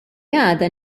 għada